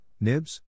Nibs